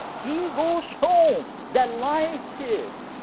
he goes home delighted